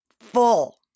full